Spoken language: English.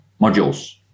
modules